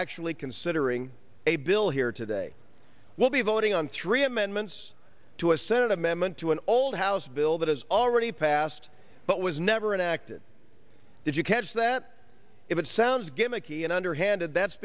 actually considering a bill here today will be voting on three amendments to a senate amendment to an old house bill that has already passed but was never an active did you catch that if it sounds gimmicky and underhanded that's